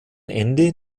ende